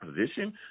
position